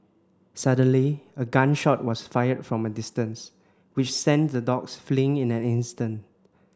suddenly a gun shot was fired from a distance which sent the dogs fleeing in an instant